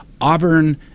Auburn